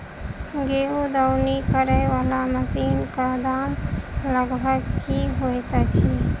गेंहूँ दौनी करै वला मशीन कऽ दाम लगभग की होइत अछि?